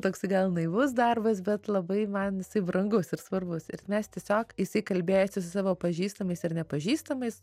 toksai gal naivus darbas bet labai man jisai brangus ir svarbus ir mes tiesiog jisai kalbėjosi su savo pažįstamais ar nepažįstamais